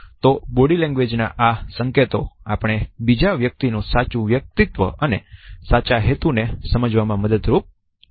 તો body language ના આ સંકેતો આપણે બીજા વ્યક્તિનું નું સાચુ વ્યક્તિત્વ અને સાચા હેતુ સમજવામાં મદદરૂપ થાય છે